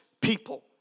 people